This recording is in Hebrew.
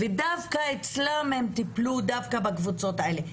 אבל הם טיפלו דווקא בקבוצות האלה.